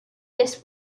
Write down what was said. this